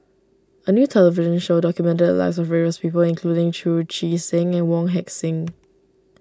a new television show documented the lives of various people including Chu Chee Seng and Wong Heck Sing